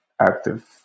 active